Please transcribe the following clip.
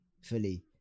fully